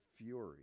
fury